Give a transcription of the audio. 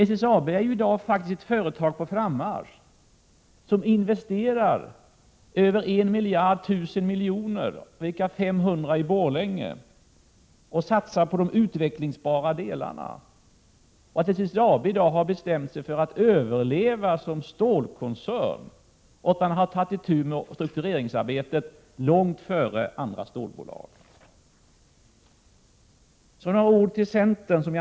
SSAB är ju i dag ett företag på frammarsch, som investerar över en miljard, 1 000 milj.kr., varav 500 miljoner i Borlänge, ett företag som satsar på de utvecklingsbara delarna. SSAB har bestämt sig för att överleva som stålkoncern och har tagit itu med struktureringsarbetet långt före andra stålbolag. Så några ord till centern.